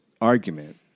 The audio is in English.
argument